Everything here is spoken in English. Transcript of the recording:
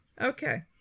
Okay